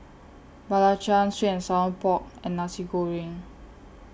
Belacan Sweet and Sour Pork and Nasi Goreng